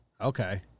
Okay